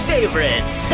Favorites